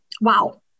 wow